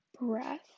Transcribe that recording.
breath